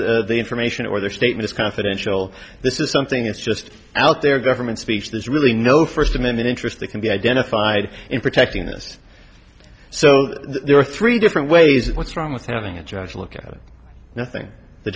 of the information or the statements confidential this is something that's just out there government speech there's really no first amendment interest that can be identified in protecting this so there are three different ways what's wrong with having a judge look at it and i think the